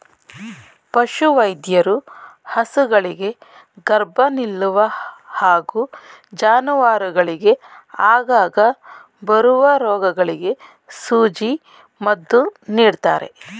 ಪಶುವೈದ್ಯರು ಹಸುಗಳಿಗೆ ಗರ್ಭ ನಿಲ್ಲುವ ಹಾಗೂ ಜಾನುವಾರುಗಳಿಗೆ ಆಗಾಗ ಬರುವ ರೋಗಗಳಿಗೆ ಸೂಜಿ ಮದ್ದು ನೀಡ್ತಾರೆ